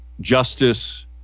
justice